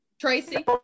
tracy